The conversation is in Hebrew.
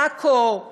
עכו,